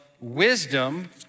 wisdom